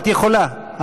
את יכולה.